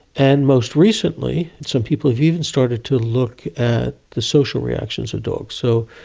and most recently some people have even started to look at the social reactions of dogs. so,